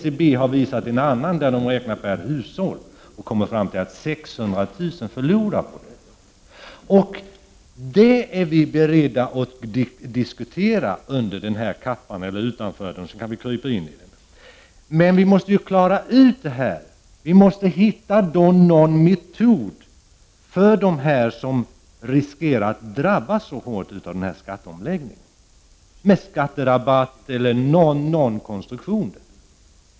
I SCB:s utredning har man räknat per hushåll och kommit fram till att 600 000 kommer att förlora på skatteomläggningen. Det är vi beredda att diskutera under denna kappa, eller kanske utanför den, och så kan vi krypa in under den. Men vi måste klara ut det här. Vi måste hitta någon metod för att skydda dem som riskerar att drabbas hårt av denna skatteomläggning, med skatterabatter eller liknande konstruktion.